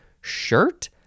shirt